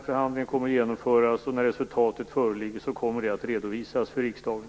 Förhandlingen kommer att genomföras, och när resultatet föreligger kommer det att redovisas för riksdagen.